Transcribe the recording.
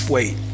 Wait